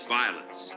violence